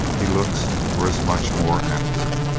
he looks for as much more after.